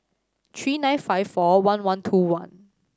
three nine five four one one two one